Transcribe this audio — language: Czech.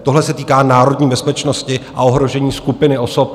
Tohle se týká národní bezpečnosti a ohrožení skupiny osob.